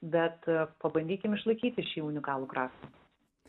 bet pabandykim išlaikyti šį unikalų kraštą